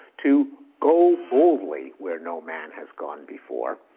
to go boldly where no man has gone before,